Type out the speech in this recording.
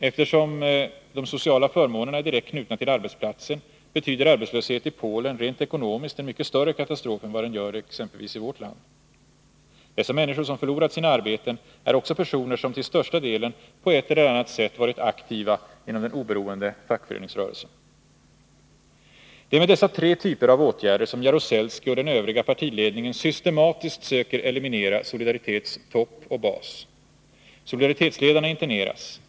Eftersom de sociala förmånerna är direkt knutna till arbetsplatsen, betyder arbetslöshet i Polen rent ekonomiskt en mycket större katastrof än vad den gör it.ex. vårt land. Dessa människor som förlorat sina arbeten är också personer som till största delen på ett eller annat sätt varit aktiva inom den oberoende fackföreningsrörelsen. Det är med dessa tre typer av åtgärder som Jaruzelski och den övriga partiledningen systematiskt söker eliminera Solidaritets topp och bas. Solidaritetsledarna interneras.